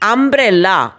Umbrella